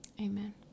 Amen